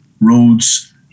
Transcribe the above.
roads